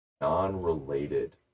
non-related